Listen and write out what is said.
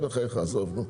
בחייך, עזוב נו.